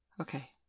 Okay